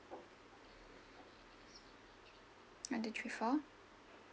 one two three four